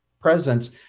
presence